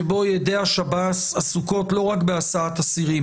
שבו ידי השב"ס עסוקות לא רק בהסעת אסירים.